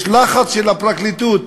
יש לחץ של הפרקליטות